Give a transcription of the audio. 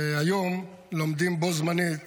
והיום לומדים בו-זמנית